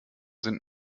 sind